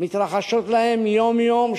מתרחשות להן יום-יום,